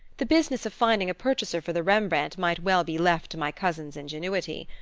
the business of finding a purchaser for the rembrandt might well be left to my cousin's ingenuity.